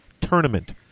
tournament